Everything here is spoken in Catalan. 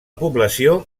població